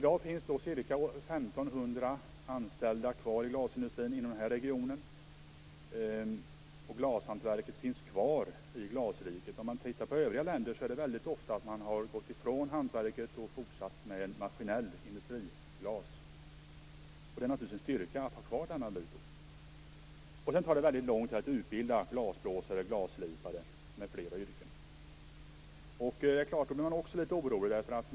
I dag finns ca 1 500 anställda kvar i glasindustrin inom den här regionen. Glashantverket finns kvar i glasriket. I andra länder är det ofta så att man gått ifrån hantverket och fortsatt med maskinellt industriglas. Det är naturligtvis en styrka att ha kvar denna bit. Det tar väldigt lång tid att utbilda t.ex. glasblåsare och glasslipare. Man blir litet orolig.